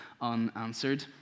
unanswered